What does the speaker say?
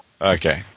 Okay